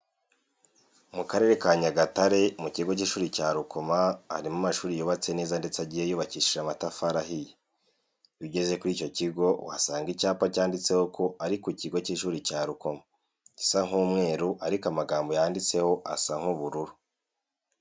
Mu karere ka Nyagatare mu kigo cy'ishuri cya Rukoma harimo amashuri yubatse neza ndetse agiye yubakishije amatafari ahiye. Iyo ugeze kuri icyo kigo uhasanga icyapa cyanditseho ko ari ku kigo cy'ishuri cya Rukomo gisa nk'umweru ariko amagambo yanditsemo asa nk'ubururu.